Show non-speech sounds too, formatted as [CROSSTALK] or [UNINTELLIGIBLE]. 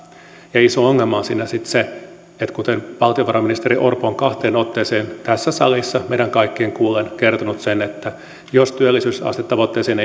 ja iso ongelma on siinä sitten se kuten valtiovarainministeri orpo on kahteen otteeseen tässä salissa meidän kaikkien kuullen kertonut että jos työllisyysastetavoitteeseen [UNINTELLIGIBLE]